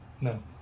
No